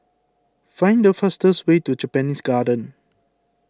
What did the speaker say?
find the fastest way to Japanese Garden